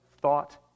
thought